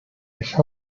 esa